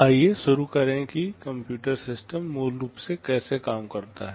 आइए शुरू करें कि कंप्यूटर सिस्टम मूल रूप से कैसे काम करता है